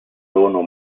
sono